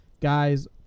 guys